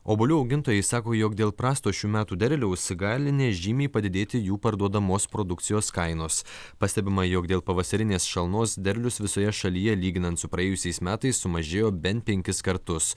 obuolių augintojai sako jog dėl prasto šių metų derliaus gali nežymiai padidėti jų parduodamos produkcijos kainos pastebima jog dėl pavasarinės šalnos derlius visoje šalyje lyginant su praėjusiais metais sumažėjo bent penkis kartus